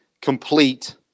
complete